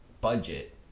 budget